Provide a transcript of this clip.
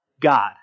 God